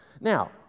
now